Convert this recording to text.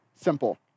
simple